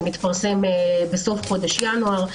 שמתפרסם בסוף חודש ינואר,